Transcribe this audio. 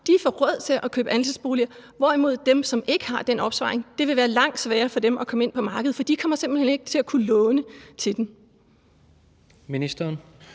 får råd til at købe andelsboliger, hvorimod det for dem, som ikke har den opsparing, vil være langt sværere at komme ind på markedet? For de kommer simpelt hen ikke til at kunne låne til det. Kl.